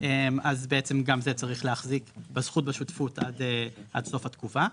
אז בעצם גם זה צריך להחזיק בזכות בשותפות עד סוף התקופה.